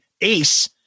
ACE